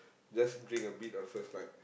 just drink a bit on first night